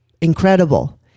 incredible